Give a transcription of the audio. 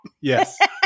Yes